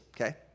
okay